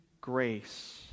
grace